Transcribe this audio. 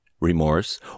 remorse